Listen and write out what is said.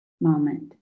moment